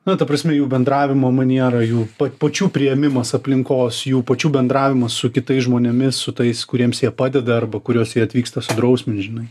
na ta prasme jų bendravimo maniera jų pačių priėmimas aplinkos jų pačių bendravimas su kitais žmonėmis su tais kuriems jie padeda arba kuriuos jie atvyksta sudrausmint žinai